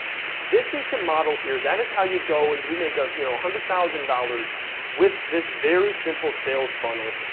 this is the model here, that is how you go and you make one ah you know hundred thousand dollars with this very simple sales funnel,